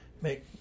make